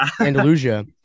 Andalusia